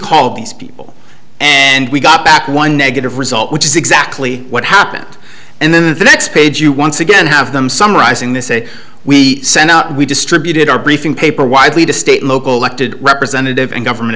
call these people and we got back one negative result which is exactly what happened and then the next page you once again have them summarizing they say we sent out we distributed our briefing paper widely to state local elected representatives and government